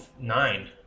Nine